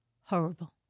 horrible